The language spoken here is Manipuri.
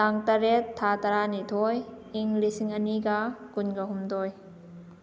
ꯇꯥꯡ ꯇꯔꯦꯠ ꯊꯥ ꯇꯔꯥꯅꯤꯊꯣꯏ ꯏꯪ ꯂꯤꯁꯤꯡ ꯑꯅꯤꯒ ꯀꯨꯟꯒ ꯍꯨꯝꯗꯣꯏ